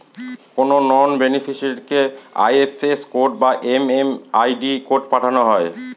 কোনো নন বেনিফিসিরইকে IFS code বা এম.এম.আই.ডি কোড পাঠানো হয়